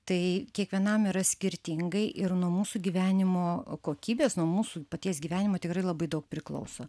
tai kiekvienam yra skirtingai ir nuo mūsų gyvenimo kokybės nuo mūsų paties gyvenimo tikrai labai daug priklauso